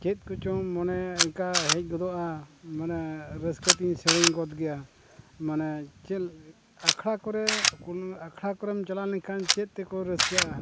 ᱪᱮᱫ ᱠᱚᱪᱚᱝ ᱢᱟᱱᱮ ᱚᱱᱠᱟ ᱦᱮᱡ ᱜᱚᱫᱚᱜᱼᱟ ᱢᱟᱱᱮ ᱨᱟᱹᱥᱠᱟᱹ ᱛᱤᱧ ᱥᱮᱨᱮᱧ ᱜᱚᱫ ᱜᱮᱭᱟ ᱢᱟᱱᱮ ᱪᱮᱫ ᱟᱠᱷᱲᱟ ᱠᱚᱨᱮ ᱟᱠᱦᱲᱟ ᱠᱚᱨᱮᱢ ᱪᱟᱞᱟᱣ ᱞᱮᱱᱠᱷᱟᱱ ᱪᱮᱫ ᱛᱮᱠᱚ ᱨᱟᱹᱥᱠᱟᱹᱜᱼᱟ